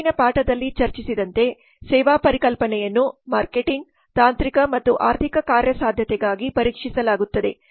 ಹಿಂದಿನ ಪಾಠದಲ್ಲಿ ಚರ್ಚಿಸಿದಂತೆ ಸೇವಾ ಪರಿಕಲ್ಪನೆಯನ್ನು ಮಾರ್ಕೆಟಿಂಗ್ ತಾಂತ್ರಿಕ ಮತ್ತು ಆರ್ಥಿಕ ಕಾರ್ಯಸಾಧ್ಯತೆಗಾಗಿ ಪರೀಕ್ಷಿಸಲಾಗುತ್ತದೆ